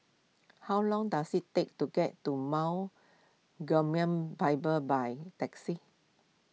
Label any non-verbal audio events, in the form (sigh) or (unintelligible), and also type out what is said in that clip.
how long does it take to get to Mount (unintelligible) Bible by taxi